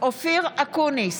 אופיר אקוניס,